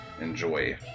enjoy